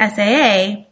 essay